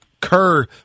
Kerr